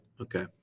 Okay